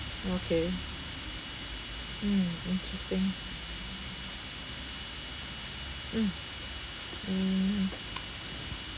okay mm interesting mm mm